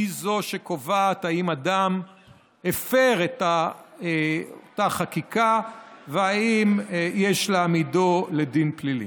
היא זו שקובעת אם אדם הפר את אותה חקיקה ואם יש להעמידו לדין פלילי.